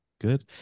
good